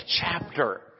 chapter